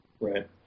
Right